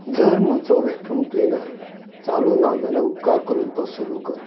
जर म्हजो vacuum cleaner चालू ना जाल्यार उपकार करून तो सुरू कर